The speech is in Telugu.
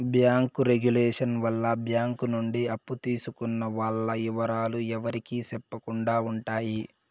బ్యాంకు రెగులేషన్ వల్ల బ్యాంక్ నుండి అప్పు తీసుకున్న వాల్ల ఇవరాలు ఎవరికి సెప్పకుండా ఉంటాయి